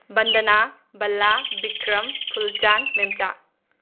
ꯕꯟꯗꯅꯥ ꯕꯂꯥ ꯕꯤꯀ꯭ꯔꯝ ꯐꯨꯜꯆꯥꯟ ꯃꯦꯝꯆꯥ